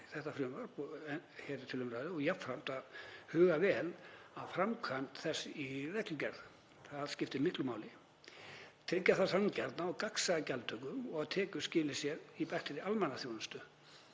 þetta frumvarp sem hér er til umræðu og jafnframt að huga vel að framkvæmd þess í reglugerð, það skiptir miklu máli. Tryggja þarf sanngjarna og gagnsæja gjaldtöku og að tekjur skili sér í bættri almannaþjónustu.